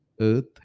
earth